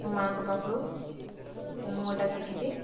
ମାଆଙ୍କ ପାଖରୁ ମୁଁ ଏଟା ଶିଖିଛି